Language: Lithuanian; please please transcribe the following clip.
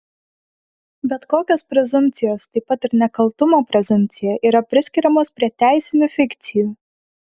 bet kokios prezumpcijos taip pat ir nekaltumo prezumpcija yra priskiriamos prie teisinių fikcijų